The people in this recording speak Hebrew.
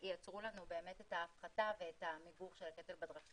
לראות שהם לא מייצרים יותר בעיות בטיחות וברגע שהם עוברים את המבחנים